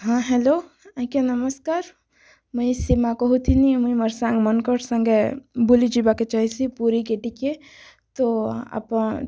ହଁ ହ୍ୟାଲୋ ଆଜ୍ଞା ନମସ୍କାର ମୁଇଁ ସୀମା କହୁଥିନୀ ମୁଁ ସାଙ୍ଗମାନଙ୍କର ସଙ୍ଗେ ବୁଲି ଯିବାକୁ ଚାହିଁସି ପୁରୀ କି ଟିକେ ତ ଆପନ୍